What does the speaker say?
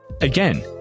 Again